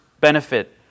benefit